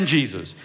Jesus